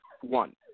one